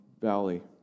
Valley